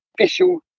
official